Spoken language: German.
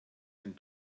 den